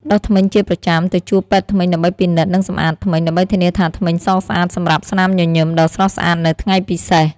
ដុសធ្មេញជាប្រចាំ ទៅជួបពេទ្យធ្មេញដើម្បីពិនិត្យ និងសម្អាតធ្មេញ ដើម្បីធានាថាធ្មេញសស្អាតសម្រាប់ស្នាមញញឹមដ៏ស្រស់ស្អាតនៅថ្ងៃពិសេស ។